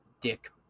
dick